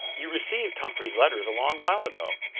you received humphrey's letters a long while ago.